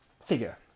figure